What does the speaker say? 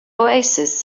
oasis